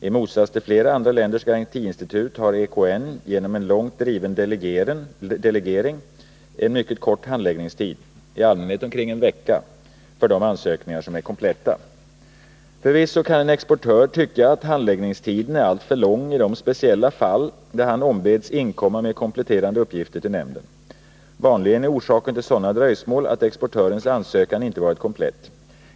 I motsats till flera andra länders garantiinstitut har EKN genom en långt driven delegering en mycket kort att öka exporten handläggningstid— i allmänhet omkring en vecka — för de ansökningar som är kompletta. Förvisso kan en exportör tycka att handläggningstiden är alltför lång i de speciella fall han ombeds inkomma med kompletterande uppgifter till nämnden. Vanligen är orsaken till sådana dröjsmål att exportörens ansökan inte har varit komplett.